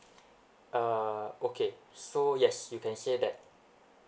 uh okay so yes you can say that